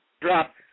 drop